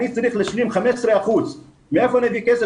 אני צריך להשלים 15%. מאיפה אני אביא כסף